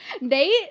Nate